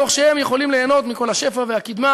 תוך שהם יכולים ליהנות מכל השפע והקדמה